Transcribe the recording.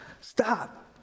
Stop